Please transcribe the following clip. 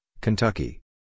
Kentucky